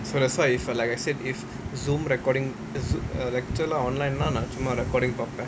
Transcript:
so that's why if like I said if Zoom recording zo~ lecture online ah நான் சும்மா:naan summa recording பாப்பேன்:paappaen